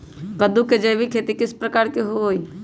कददु के जैविक खेती किस प्रकार से होई?